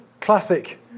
classic